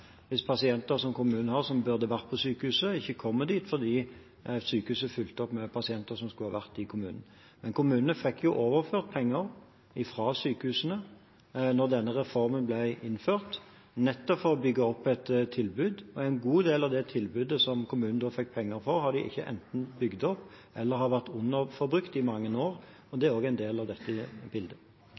hvis pasienter som kommunene har, som burde vært på sykehuset, ikke kommer dit fordi sykehuset er fylt opp med pasienter som skulle vært i kommunene. Kommunene fikk overført penger fra sykehusene da denne reformen ble innført, nettopp for å bygge opp et tilbud. En god del av det tilbudet som kommunene fikk penger for, har de enten ikke bygd opp, eller det har vært underforbrukt i mange år. Det er også en del av dette bildet.